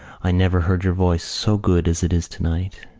i never heard your voice so good as it is tonight.